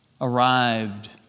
arrived